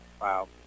Wow